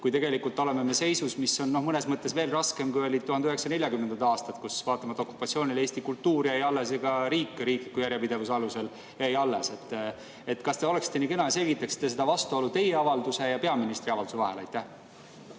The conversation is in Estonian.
kui me tegelikult oleme seisus, mis on mõnes mõttes veel raskem, kui olid 1940. aastad, kus vaatamata okupatsioonile eesti kultuur jäi alles ja ka riik riikliku järjepidevuse alusel jäi alles. Kas te oleksite nii kena ja selgitaksite seda vastuolu teie avalduse ja peaministri avalduse vahel?